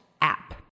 app